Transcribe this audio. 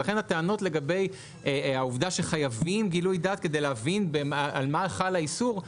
ולכן הטענות לגבי העובדה שחייבים גילוי דעת כדי להבין על מה חל האיסור,